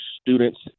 students